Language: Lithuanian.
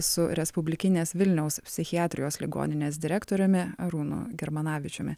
su respublikinės vilniaus psichiatrijos ligoninės direktoriumi arūnu germanavičiumi